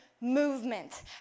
movement